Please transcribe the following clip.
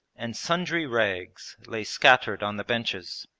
and sundry rags lay scattered on the benches.